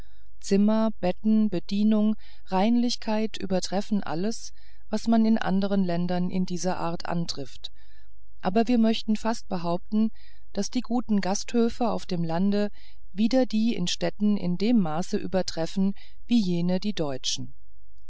zimmer betten bedienung reinlichkeit übertreffen alles was man in anderen ländern in dieser art antrifft aber wir möchten fast behaupten daß die guten gasthöfe auf dem lande wieder die in städten in dem maße übertreffen wie jene die deutschen